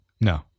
No